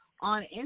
on